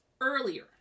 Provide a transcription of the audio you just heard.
earlier